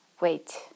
Wait